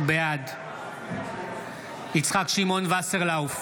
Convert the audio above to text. בעד יצחק שמעון וסרלאוף,